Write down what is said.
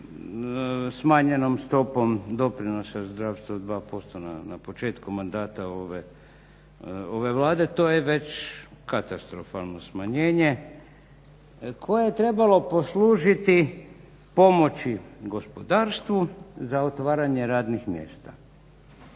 smanjenom stopom doprinosa zdravstva 2% na početku mandata ove Vlade, to je već katastrofalno smanjenje koje je trebalo poslužiti pomoći gospodarstvu za otvaranje radnih mjesta.